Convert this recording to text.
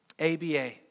ABA